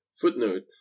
Footnote